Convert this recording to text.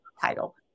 title